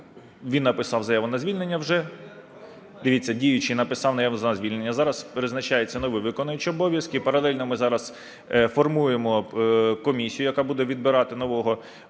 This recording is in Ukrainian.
він написав заяву на звільнення вже. (Шум у залі) Дивіться, діючий написав заяву на звільнення, зараз призначається новий виконуючий обов'язки і паралельно ми зараз формуємо комісію, яка буде відбирати нового